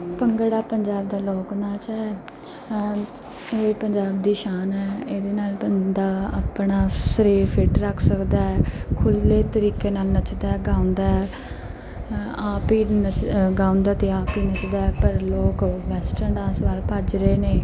ਭੰਗੜਾ ਪੰਜਾਬ ਦਾ ਲੋਕ ਨਾਚ ਹੈ ਇਹ ਪੰਜਾਬ ਦੀ ਸ਼ਾਨ ਹੈ ਇਹਦੇ ਨਾਲ ਬੰਦਾ ਆਪਣਾ ਸਰੀਰ ਫਿੱਟ ਰੱਖ ਸਕਦਾ ਹੈ ਖੁੱਲ੍ਹੇ ਤਰੀਕੇ ਨਾਲ ਨੱਚਦਾ ਹੈ ਗਾਉਂਦਾ ਹੈ ਆਪ ਹੀ ਨੱਚ ਗਾਉਂਦਾ ਅਤੇ ਆਪ ਹੀ ਨੱਚਦਾ ਹੈ ਪਰ ਲੋਕ ਵੈਸਟਰਨ ਡਾਂਸ ਵੱਲ ਭੱਜ ਰਹੇ ਨੇ